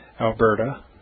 Alberta